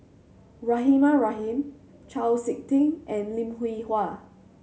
Rahimah Rahim Chau Sik Ting and Lim Hwee Hua